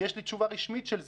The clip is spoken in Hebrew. יש לי תשובה רשמית של זה.